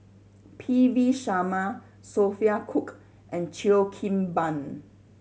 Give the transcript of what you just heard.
P V Sharma Sophia Cooke and Cheo Kim Ban